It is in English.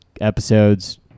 episodes